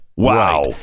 Wow